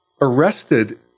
arrested